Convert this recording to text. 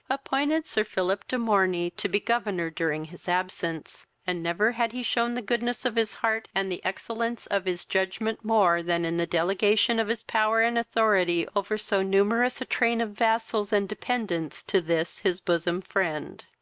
appointed sir philip de morney to be governor during his absence, and never had he shewn the goodness of his heart and the excellence of his judgment more than in the delegation of his power and authority over so numerous a train of vassals and dependents to this his bosom friend.